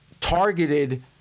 targeted